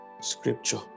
scripture